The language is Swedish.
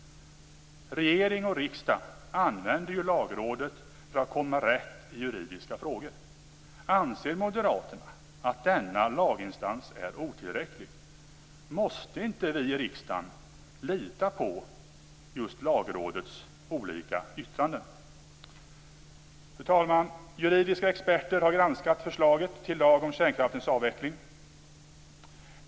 Regeringen och riksdagen använder ju Lagrådet för att komma rätt i juridiska frågor. Anser Moderaterna att denna laginstans är otillräcklig? Måste inte vi i riksdagen lita på just Lagrådets olika yttranden? Fru talman! Juridiska experter har granskat förslaget till lag om kärnkraftens avveckling.